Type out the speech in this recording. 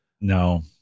No